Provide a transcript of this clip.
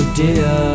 dear